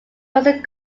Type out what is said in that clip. cousin